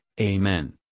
Amen